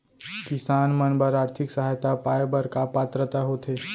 किसान मन बर आर्थिक सहायता पाय बर का पात्रता होथे?